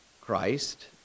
Christ